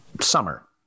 Summer